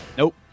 nope